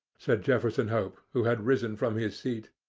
said jefferson hope, who had risen from his seat.